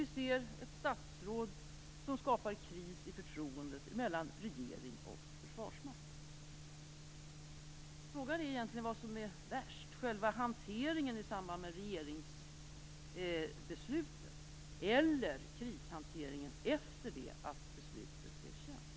Vi ser ett statsråd som skapar kris i förtroendet mellan regering och försvarsmakt. Frågan är egentligen vad som är värst - själva hanteringen i samband med regeringsbeslutet eller krishanteringen efter det att beslutet blivit känt.